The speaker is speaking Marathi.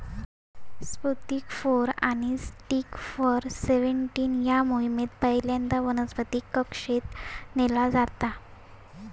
स्पुतनिक फोर आणि डिस्कव्हर सेव्हनटीन या मोहिमेत पहिल्यांदा वनस्पतीक कक्षेत नेला जाता